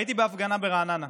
הייתי בהפגנה ברעננה.